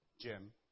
Jim